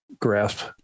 grasp